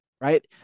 right